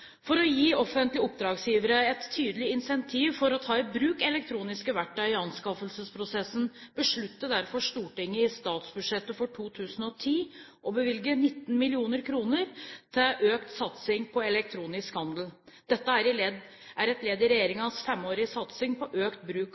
For å gi offentlige oppdragsgivere et tydelig insentiv for å ta i bruk elektroniske verktøy i anskaffelsesprosessen besluttet derfor Stortinget i statsbudsjettet for 2010 å bevilge 19 mill. kr til økt satsing på elektronisk handel. Dette er et ledd i regjeringens femårige satsing på økt bruk